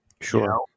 Sure